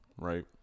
right